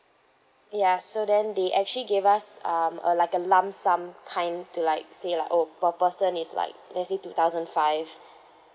ya so then they actually gave us um a like a lump sum kind to like say lah oh per person is like let's say two thousand five